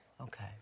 Okay